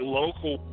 local